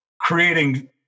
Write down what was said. creating